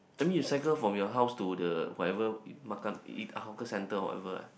I mean you cycle from your house to the whatever makan eat hawker center whatever ah